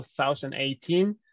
2018